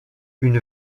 une